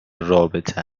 رابطه